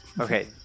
Okay